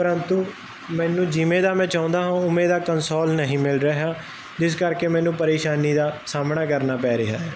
ਪਰੰਤੂ ਮੈਨੂੰ ਜਿਵੇਂ ਦਾ ਮੈਂ ਚਾਹੁੰਦਾ ਹਾਂ ਉਵੇਂ ਦਾ ਕਨਸੋਲ ਨਹੀਂ ਮਿਲ ਰਿਹਾ ਜਿਸ ਕਰਕੇ ਮੈਨੂੰ ਪਰੇਸ਼ਾਨੀ ਦਾ ਸਾਹਮਣਾ ਕਰਨਾ ਪੈ ਰਿਹਾ ਹੈ